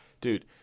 Dude